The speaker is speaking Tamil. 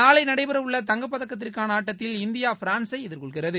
நாளை நடைபெறவுள்ள தங்கப்பதக்கத்திற்கான ஆட்டத்தில் இந்தியா பிரான்ஸை எதிர்கொள்கிறது